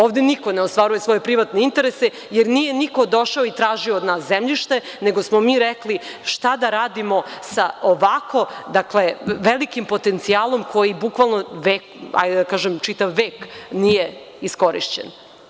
Ovde niko ne ostvaruje svoje privatne interese, jer nije niko došao i tražio od nas zemljište, nego smo mi rekli šta da radimo sa ovako velikim potencijalom koji bukvalno, ajde da kažem, čitav vek nije iskorišćen.